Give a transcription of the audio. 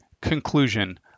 Conclusion